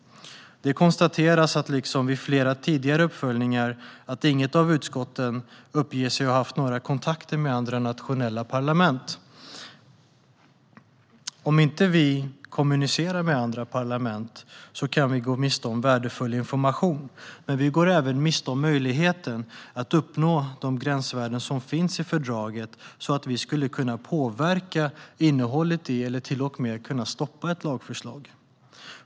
Det konstateras, liksom vid flera tidigare uppföljningar, att inget av utskotten uppger sig ha haft några kontakter med andra nationella parlament. Om vi inte kommunicerar med andra parlament kan vi gå miste om värdefull information. Men vi går även miste om möjligheten att uppnå de gränsvärden som finns i fördraget så att vi skulle kunna påverka innehållet i eller till och med stoppa ett lagförslag.